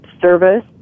service